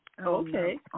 Okay